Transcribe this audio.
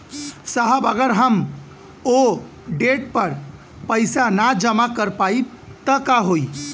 साहब अगर हम ओ देट पर पैसाना जमा कर पाइब त का होइ?